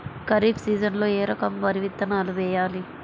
ఖరీఫ్ సీజన్లో ఏ రకం వరి విత్తనాలు వేయాలి?